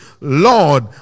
Lord